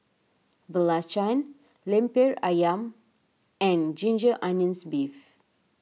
Belacan Lemper Ayam and Ginger Onions Beef